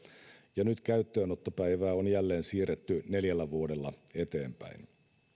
ja nyt käyttöönottopäivää on jälleen siirretty neljällä vuodella eteenpäin